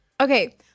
Okay